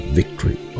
victory